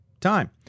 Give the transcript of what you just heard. time